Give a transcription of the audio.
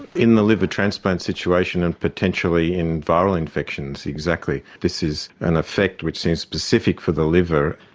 in the liver transplant situation and potentially in viral infections exactly, this is an effect which seems specific for the liver.